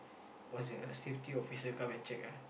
once the safety officer come and check ah